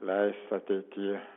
leis ateity